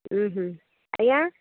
ହୁଁ ହୁଁ ଆଜ୍ଞା